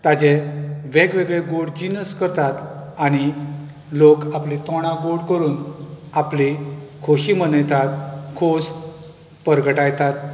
ताचे वेगवेगळे गोड जिनस करतात आनी लोक आपली तोंडां गोड करून आपली खोशी मनयतात खोस परगटायतात